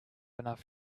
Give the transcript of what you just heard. enough